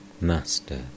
Master